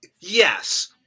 Yes